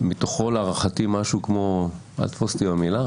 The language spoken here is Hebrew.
מתוכו להערכתי משהו כמו אל תתפוס אותי במילה